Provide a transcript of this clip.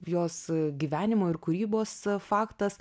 jos gyvenimo ir kūrybos faktas